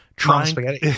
trying